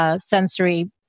sensory